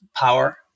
power